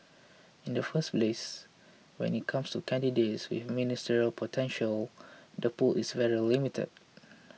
in the first place when it comes to candidates with ministerial potential the pool is very limited